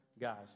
guys